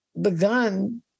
begun